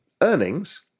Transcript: earnings